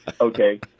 Okay